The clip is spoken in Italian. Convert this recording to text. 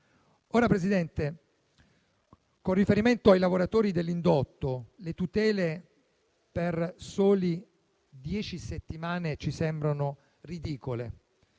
Presidente, con riferimento ai lavoratori dell'indotto, le tutele per sole dieci settimane ci sembrano ridicole.